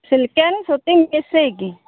silk and ସୂତି ମିଶେଇ କି